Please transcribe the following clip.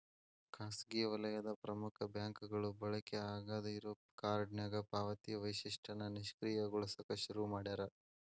ಖಾಸಗಿ ವಲಯದ ಪ್ರಮುಖ ಬ್ಯಾಂಕ್ಗಳು ಬಳಕೆ ಆಗಾದ್ ಇರೋ ಕಾರ್ಡ್ನ್ಯಾಗ ಪಾವತಿ ವೈಶಿಷ್ಟ್ಯನ ನಿಷ್ಕ್ರಿಯಗೊಳಸಕ ಶುರು ಮಾಡ್ಯಾರ